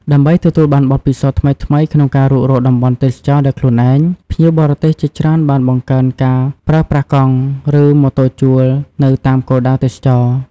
ដើម្បីទទួលបានបទពិសោធន៍ថ្មីៗក្នុងការរុករកតំបន់ទេសចរណ៍ដោយខ្លួនឯង ភ្ញៀវបរទេសជាច្រើនបាន បង្កើនការប្រើប្រាស់កង់ ឬម៉ូតូជួល នៅតាមគោលដៅទេសចរណ៍។